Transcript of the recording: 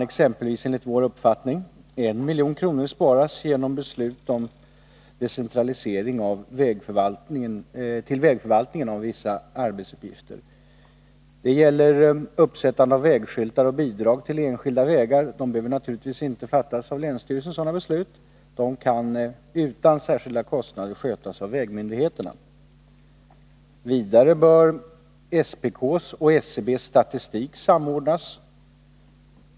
Exempelvis kan enligt vår uppfattning 1 milj.kr. sparas genom decentralisering till vägförvaltingen av vissa arbetsuppgifter. Beslut om uppsättande av vägskyltar och bidrag till enskilda vägar behöver naturligtvis inte fattas av länsstyrelse. Dessa ärenden borde utan särskilda kostnader kunna skötas av vägmyndigheterna. Vidare bör SPK:s och SCB:s statistik samordnas.